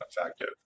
Effective